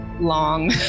long